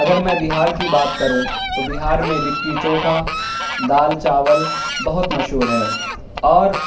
اگر میں بہار کی بات کروں بہار میں لٹی چوکھا دال چاول بہت مشہور ہے اور